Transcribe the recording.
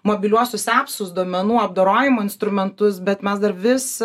mobiliuosius epsus duomenų apdorojimo instrumentus bet mes dar vis